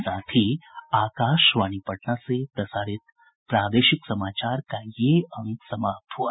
इसके साथ ही आकाशवाणी पटना से प्रसारित प्रादेशिक समाचार का ये अंक समाप्त हुआ